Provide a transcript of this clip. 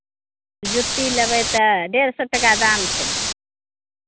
जुत्ती लेबै तऽ डेढ़ सए टाका दाम छै